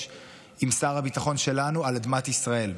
עם שר הביטחון שלנו על אדמת ישראל.